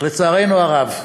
אך לצערנו הרב,